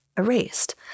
erased